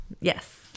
Yes